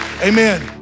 Amen